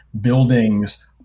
buildings